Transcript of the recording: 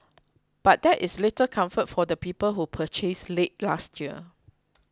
but that is little comfort for the people who purchased late last year